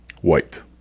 White